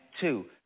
two